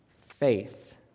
faith